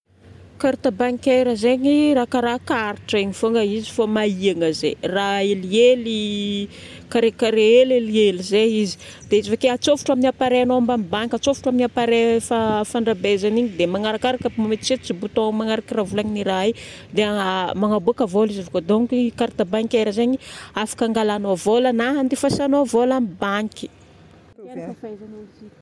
Carte bancaire zaigny, raha karaha karatra io fogna izy fô mahiagna zay. Raha helihely, carrécarré hely helihely zay izy. Dia izy vake atsofotra amin'ny appareil-nao atsofotra amin'ny appareil fandrabezana igny dia magnarakaraka pometsetsotra bouton magnaraka raha volagnin'i raha igny dia magnaboaka vola izy avake donky carte bancaire zaigny afaka angalagnao vola na andefasagnao vola amin'ny banky.